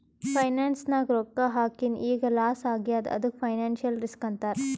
finance ನಾಗ್ ರೊಕ್ಕಾ ಹಾಕಿನ್ ಈಗ್ ಲಾಸ್ ಆಗ್ಯಾದ್ ಅದ್ದುಕ್ ಫೈನಾನ್ಸಿಯಲ್ ರಿಸ್ಕ್ ಅಂತಾರ್